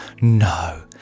No